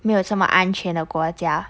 没有这么安全的国家